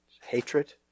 hatred